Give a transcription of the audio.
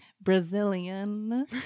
brazilian